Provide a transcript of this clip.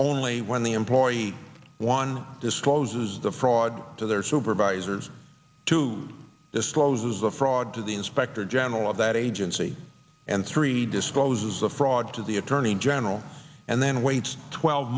only when the employee one discloses the fraud to their supervisors to disclose is a fraud to the inspector general of that agency and three discloses the fraud to the attorney general and then waits twelve